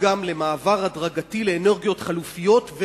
גם למעבר הדרגתי לאנרגיות חלופיות,